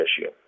issue